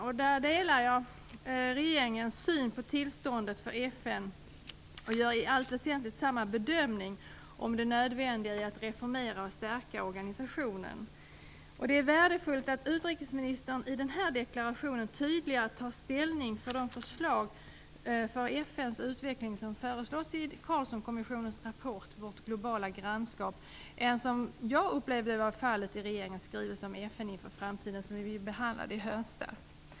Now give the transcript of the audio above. Jag delar regeringens syn på tillståndet för FN, och gör i allt väsentligt samma bedömning om det nödvändiga i att reformera och stärka organisationen. Det är värdefullt att utrikesministern i denna deklaration tydligare tar ställning för de förslag rörande FN:s utveckling som lades i Carlssonkommissionens rapport Vårt globala grannskap än vad jag upplevde att fallet var i regeringens skrivelse om FN inför framtiden som vi behandlade i höstas.